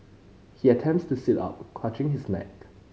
he attempts to sit up clutching his neck